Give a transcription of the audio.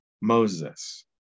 Moses